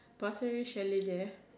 Pasir-Ris chalet there